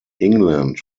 england